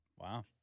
Wow